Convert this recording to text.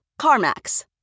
CarMax